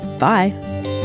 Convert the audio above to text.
Bye